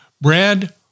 Brad